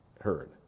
heard